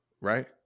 right